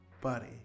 Buddy